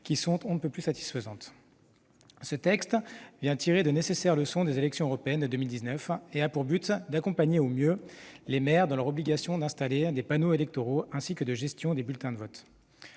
la ministre, mes chers collègues, ce texte vient tirer de nécessaires leçons des élections européennes de 2019 et a pour but d'accompagner au mieux les maires dans leurs obligations d'installation de panneaux électoraux et de gestion des bulletins de vote.